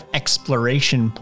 exploration